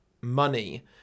money